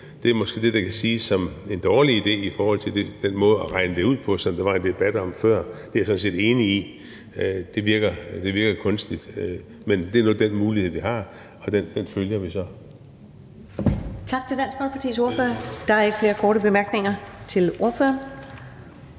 Det er måske det, der kan siges at være en dårlig idé i forhold til den måde at regne det ud på, som der var en debat om før. Det er jeg sådan set enig i virker kunstigt. Men det er nu den mulighed, vi har, og den følger vi så. Kl. 13:39 Første næstformand (Karen Ellemann): Tak til Dansk Folkepartis ordfører. Der er ikke flere korte bemærkninger til ordføreren.